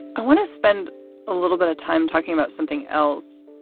i want to spend a little bit of time talking about something else,